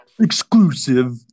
exclusive